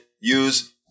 use